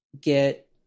get